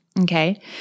Okay